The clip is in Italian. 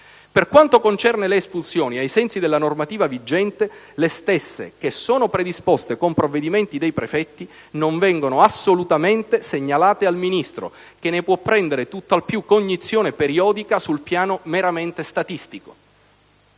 Per quanto concerne le espulsioni ai sensi della normativa vigente, le stesse, che sono predisposte con provvedimenti dei prefetti, non vengono assolutamente segnalate al Ministro che ne può prendere tutt'al più cognizione periodica sul piano meramente statistico.